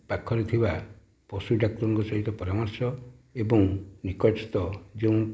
ପାଖରେ ଥିବା ପଶୁ ଡାକ୍ତରଙ୍କ ପରାମର୍ଶ ଏବଂ ନିକଟସ୍ଥ ଯେଉଁ